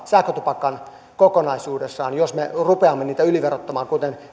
sähkötupakan kokonaisuudessaan jos me rupeamme niitä yliverottamaan kuten